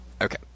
Okay